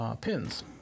pins